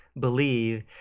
believe